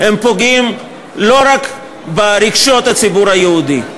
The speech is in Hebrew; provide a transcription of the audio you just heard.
פוגעים לא רק ברגשות הציבור היהודי,